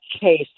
case